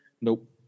Nope